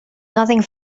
nothing